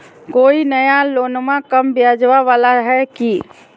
कोइ नया लोनमा कम ब्याजवा वाला हय की?